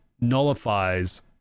nullifies